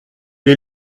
est